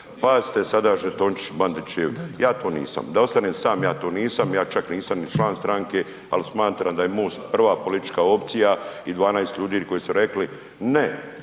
pa ste sada žetončić Bandićev, ja to nisam. Da ostanem sam ja to nisam, ja čak nisam ni član stranke, al smatram da je MOST prva politička opcija i 12 ljudi koji su rekli ne